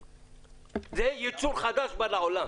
זה ייצור חדש שבא לעולם.